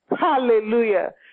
Hallelujah